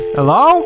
Hello